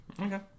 Okay